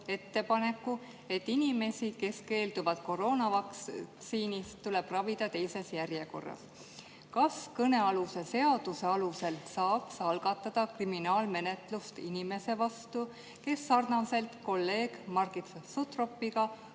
et inimesi, kes keelduvad koroonavaktsiinist, tuleb ravida teises järjekorras. Kas kõnealuse seaduse alusel saaks algatada kriminaalmenetlust inimese vastu, kes sarnaselt kolleeg Margit Sutropiga